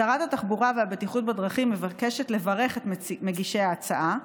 שרת התחבורה והבטיחות בדרכים מבקשת לברך את מגישי ההצעה,